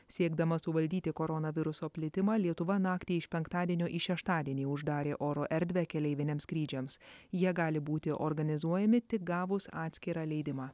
siekdama suvaldyti koronaviruso plitimą lietuva naktį iš penktadienio į šeštadienį uždarė oro erdvę keleiviniams skrydžiams jie gali būti organizuojami tik gavus atskirą leidimą